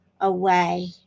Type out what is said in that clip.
away